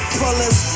pullers